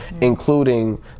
including